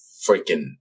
freaking